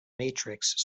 matrix